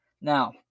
Now